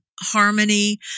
harmony